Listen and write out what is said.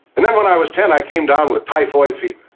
and then when i was ten, i came down with typhoid fever.